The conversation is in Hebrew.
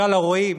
משל הרועים